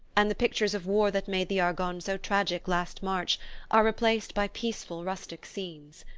and the pictures of war that made the argonne so tragic last march are replaced by peaceful rustic scenes.